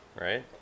right